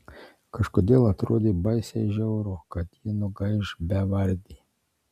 kažkodėl atrodė baisiai žiauru kad ji nugaiš bevardė